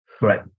right